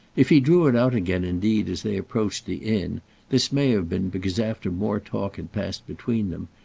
if he drew it out again indeed as they approached the inn this may have been because, after more talk had passed between them,